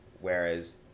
Whereas